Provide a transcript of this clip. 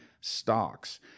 stocks